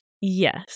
Yes